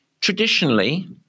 Traditionally